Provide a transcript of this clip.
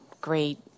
great